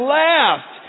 laughed